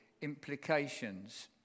implications